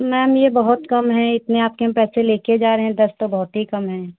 ma'am ये बहुत कम हैं इतने आपके हम पैसे ले कर जा रहें दस तो बहुत ही कम हैं